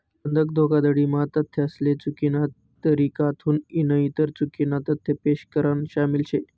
बंधक धोखाधडी म्हा तथ्यासले चुकीना तरीकाथून नईतर चुकीना तथ्य पेश करान शामिल शे